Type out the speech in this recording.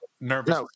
nervous